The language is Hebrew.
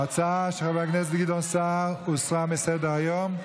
ההצעה של חבר הכנסת גדעון סער הוסרה מסדר-היום.